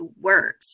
words